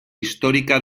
histórica